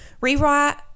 Rewrite